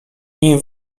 nim